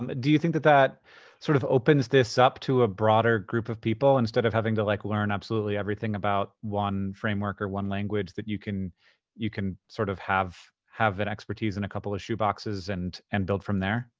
um do you think that that sort of opens this up to a broader group of people instead of having to, like, learn absolutely everything about one framework or one language, that you can you can sort of have have an expertise in a couple of shoe boxes and and build from there?